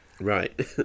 Right